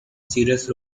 serious